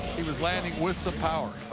he was landing with so power.